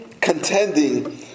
contending